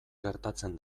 gertatzen